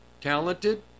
talented